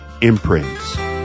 Imprints